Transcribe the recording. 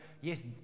yes